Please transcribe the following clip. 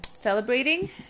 celebrating